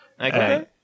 Okay